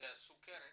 לסוכרת